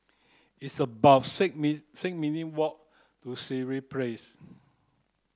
it's about six six minute' walk to Sireh Place